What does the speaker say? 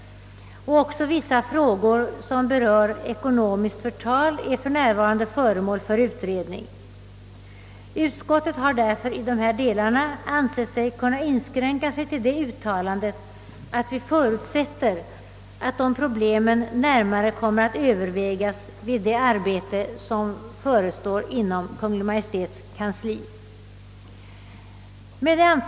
Vissa frågor som berör ekonomiskt förtal utreds också för närvarande. Utskottet har därför i dessa delar ansett sig kunna inskränka sig till att uttala, att det förutsätter att dessa problem närmare kommer att övervägas vid det arbete som förestår inom Kungl. Maj:ts kansli. Herr talman!